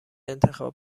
انتخاب